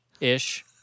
Ish